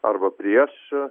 arba prieš